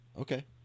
Okay